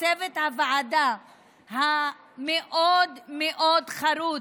לצוות הוועדה המאוד-מאוד חרוץ,